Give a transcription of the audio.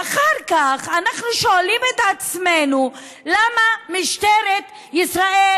ואחר כך אנחנו שואלים את עצמנו למה משטרת ישראל